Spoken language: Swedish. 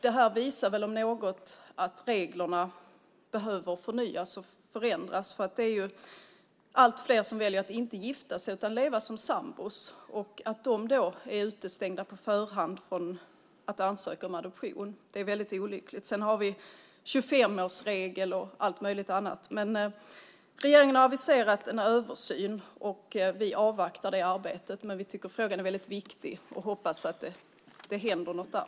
Det här visar att reglerna behöver förnyas och förändras. Allt fler väljer att inte gifta sig utan i stället leva som sambor. Att de på förhand ska vara utestängda från att ansöka om att få adoptera är olyckligt. Sedan finns en 25-årsregel och allt möjligt annat. Regeringen har aviserat en översyn, och vi avvaktar det arbetet. Frågan är viktig, och vi hoppas att det händer något där.